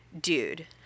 dude